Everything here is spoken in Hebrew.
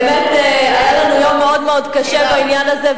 היה לנו יום קשה מאוד בעניין הזה,